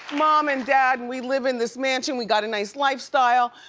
mom and dad, we live in this mansion, we got a nice lifestyle,